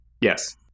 Yes